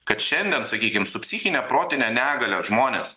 kad šiandien sakykim su psichine protine negalia žmonės